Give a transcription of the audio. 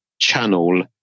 channel